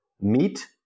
meat